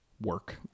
work